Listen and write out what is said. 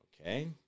Okay